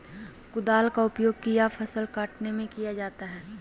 कुदाल का उपयोग किया फसल को कटने में किया जाता हैं?